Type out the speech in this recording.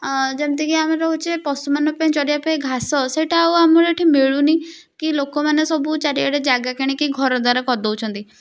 ଯେମିତିକି ଆମେ ରହୁଛେ ପଶୁମାନଙ୍କ ଚରିବା ପାଇଁ ଘାସ ସେଇଟା ଆଉ ଆମର ଏଠି ମିଳୁନି କି ଲୋକମାନେ ସବୁ ଚାରିଆଡେ ଜାଗା କିଣିକି ଘର ଦ୍ଵାର କରି ଦେଉଛନ୍ତି